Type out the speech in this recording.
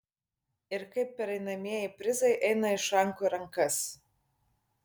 ir kaip pereinamieji prizai eina iš rankų į rankas